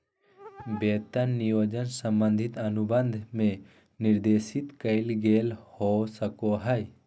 वेतन नियोजन संबंधी अनुबंध में निर्देशित कइल गेल हो सको हइ